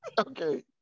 Okay